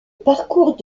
parcours